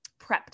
prepped